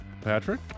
Patrick